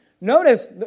Notice